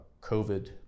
covid